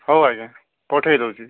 ହଉ ଆଜ୍ଞା ପଠାଇ ଦେଉଛି